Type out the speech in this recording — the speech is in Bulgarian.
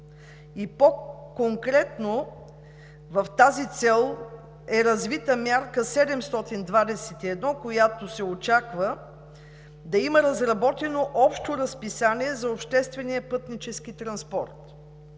По-конкретно в тази цел е развита Мярка 721, с която се очаква да има разработено общо разписание за обществения пътнически транспорт.